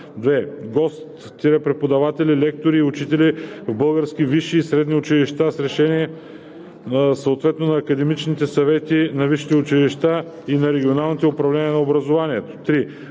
2. гост-преподаватели, лектори и учители в български висши и средни училища с решение съответно на академичните съвети на висшите училища и на регионалните управления на образованието; 3.